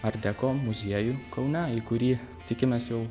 art deko muziejų kaune į kurį tikimės jau